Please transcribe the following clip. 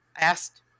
asked